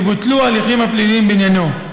יבוטלו ההליכים הפליליים בעניינו.